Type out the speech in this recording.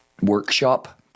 workshop